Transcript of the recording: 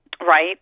right